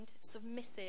submissive